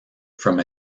from